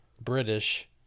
British